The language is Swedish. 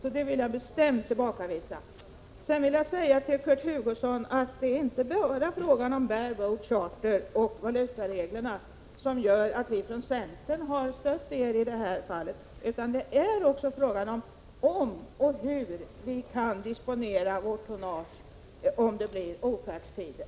Jag vill alltså komma med ett bestämt tillbakavisande här. Till Kurt Hugosson vill jag säga: Det är inte bara frågan om bare-boat charter och valutareglerna som gör att vi från centern har stött er i det här fallet. Det gäller också om och hur vi kan disponera vårt tonnage om det blir ofärdstider.